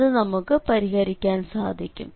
അത് നമുക്ക് പരിഹരിക്കാൻ സാധിക്കും